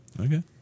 Okay